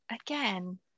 again